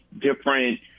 different